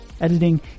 Editing